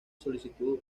solicitud